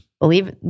Believe